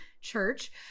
church